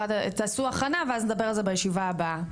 תעשו הכנה ואז נדבר על זה בישיבה הבאה,